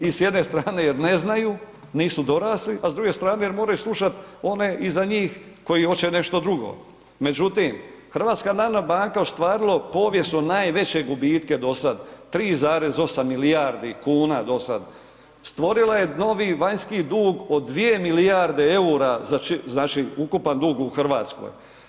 I s jedne strane jer ne znaju, nisu dorasli a s druge strane jer moraju slušat one i za njih koji hoće nešto drugo međutim HNB je ostvarila povijesno najveće gubitke dosad, 3,8 milijardi kuna do sad, stvorila je novi vanjski dug od 2 milijarde eura, znači ukupan dug u Hrvatskoj.